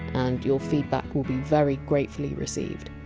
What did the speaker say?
and your feedback will be very gratefully received.